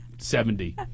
Seventy